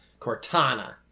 Cortana